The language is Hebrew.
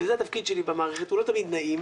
וזה התפקיד שלי במערכת והוא לא תמיד נעים,